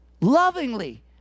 lovingly